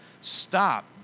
stop